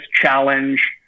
challenge